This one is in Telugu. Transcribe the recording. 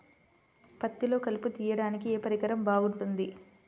పత్తిలో కలుపు తీయడానికి ఏ పరికరం బాగుంటుంది?